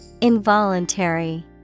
Involuntary